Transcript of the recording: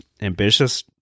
ambitious